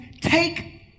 take